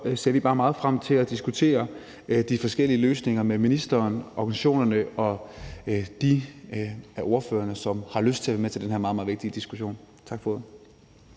ser vi bare meget frem til at diskutere de forskellige løsninger med ministeren, organisationerne og de af ordførerne, der har lyst til at være med til den her meget, meget vigtige diskussion. Tak for ordet.